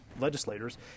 legislators